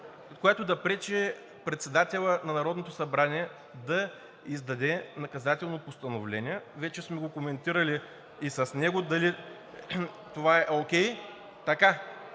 който да пречи председателят на Народното събрание да издаде наказателно постановление. Вече сме го коментирали и с него дали това е окей.